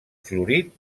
florit